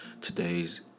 Today's